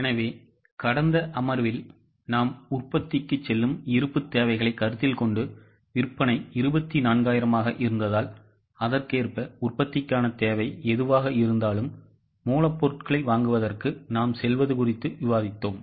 எனவே கடந்த அமர்வில் நாம் உற்பத்திக்குச் செல்லும் இருப்புத் தேவைகளை கருத்தில் கொண்டு விற்பனை 24000 ஆக இருந்தால் அதற்கேற்ப உற்பத்திக்கான தேவை எதுவாக இருந்தாலும் மூலப்பொருட்களை வாங்குவதற்கு நாம் செல்வது குறித்து விவாதித்தோம்